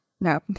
No